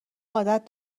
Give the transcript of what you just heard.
عادت